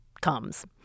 comes